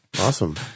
awesome